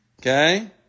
Okay